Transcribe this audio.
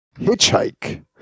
Hitchhike